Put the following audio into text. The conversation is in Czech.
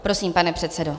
Prosím, pane předsedo.